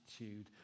attitude